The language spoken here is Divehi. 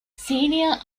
ސީނިއަރ